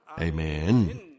Amen